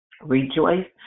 Rejoice